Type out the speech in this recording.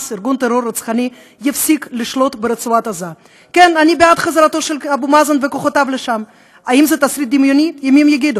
לגבי השאלה של נוכחות כוחות פלסטיניים של אבו מאזן במעברי הגבול,